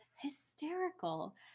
hysterical